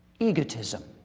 egotism,